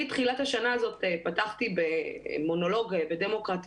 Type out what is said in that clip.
אני את תחילת השנה הזאת פתחתי במונולוג בדמוקרטTV